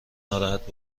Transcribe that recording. ناراحت